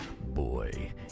boy